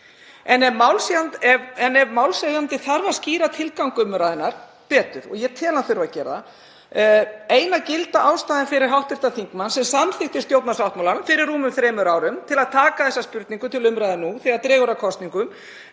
En málshefjandi þarf að skýra tilgang umræðunnar betur, ég tel að hann þurfi að gera það. Eina gilda ástæðan fyrir hv. þingmann, sem samþykkti stjórnarsáttmálann fyrir rúmum þremur árum, til að taka þessa spurningu til umræðu nú þegar dregur að kosningum